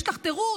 יש לך תירוץ,